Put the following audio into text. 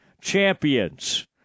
Champions